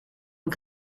and